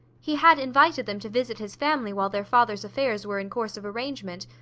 he had invited them to visit his family while their father's affairs were in course of arrangement,